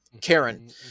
Karen